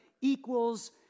equals